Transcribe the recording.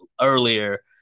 earlier